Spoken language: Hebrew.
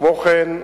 כמו כן,